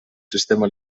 sistema